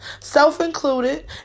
Self-included